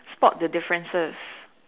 spot the differences